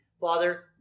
father